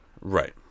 Right